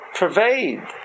pervade